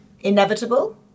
inevitable